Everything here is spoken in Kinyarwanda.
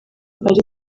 ari